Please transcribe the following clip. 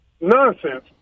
nonsense